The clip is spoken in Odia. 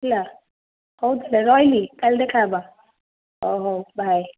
ହେଲା ହେଉ ତାହେଲେ ରହିଲି କାଲି ଦେଖାହେବା ହଉ ହଉ ବାଏ